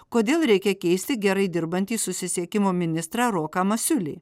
kodėl reikia keisti gerai dirbantį susisiekimo ministrą roką masiulį